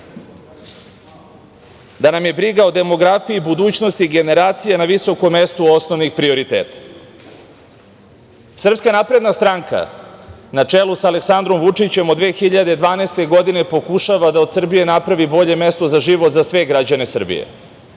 da nam je briga o demografiji budućnost generacija na visokom mestu osnovnih prioriteta. Srpska napredna stranka na čelu sa Aleksandrom Vučićem od 2012. godine, pokušava da od Srbije napravi bolje mesto za život, za sve građane Srbije